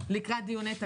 לקראת דיוני תקציב.